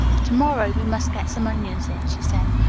to-morrow we must get some onions in, she said.